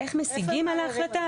איך משיגים על ההחלטה.